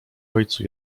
ojcu